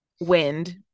wind